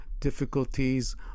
difficulties